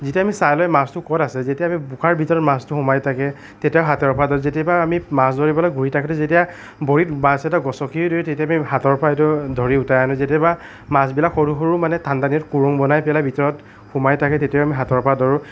যেতিয়া আমি চাই লৈ মাছটো ক'ত আছে যেতিয়া আমি বোকাৰ ভিতৰত মাছটো সোমাই থাকে তেতিয়া হাতৰপা ধৰোঁ যেতিয়াপা আামি মাছ ধৰিবলৈ ঘূৰি থাকোঁতে যেতিয়া ভৰিত মাছ এটা গচকি দিওঁ তেতিয়া আমি হাতৰ পৰা এইটো ধৰি উঠাই আনো যেতিয়াপা মাছবিলাক সৰু সৰু মানে ঠাণ্ডা দিনত খোৰোং বনাই পেলাই ভিতৰত সোমাই থাকে তেতিয়া আমি হাতৰ পৰা ধৰোঁ